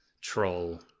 troll